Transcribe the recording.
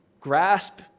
grasp